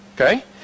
okay